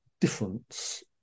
difference